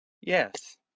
Yes